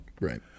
Right